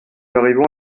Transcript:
arrivons